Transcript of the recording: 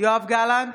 יואב גלנט,